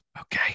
Okay